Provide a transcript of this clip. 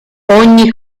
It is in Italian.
ogni